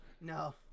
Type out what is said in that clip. No